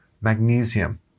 magnesium